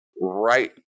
right